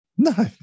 No